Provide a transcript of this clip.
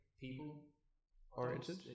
people-oriented